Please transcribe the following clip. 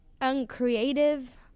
uncreative